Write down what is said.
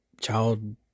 child